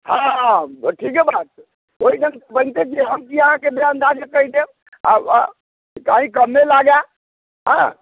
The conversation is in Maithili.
हँ हँ ठीके बात ओहि जङ बनते छै हम किआ अहाँके बेअन्दाजके कहि देब आब कहींँ कमे लगैया हँ